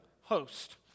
host